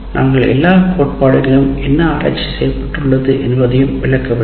நாங்கள் எல்லா கோட்பாடுகளையும் என்ன ஆராய்ச்சி செய்யப்பட்டுள்ளது என்பதையும் விளக்கவில்லை